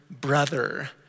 brother